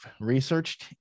researched